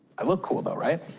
i look cool, though, right?